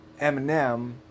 Eminem